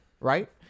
right